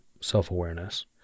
self-awareness